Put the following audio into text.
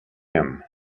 him